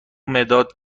مداد